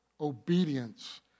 obedience